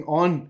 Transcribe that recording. on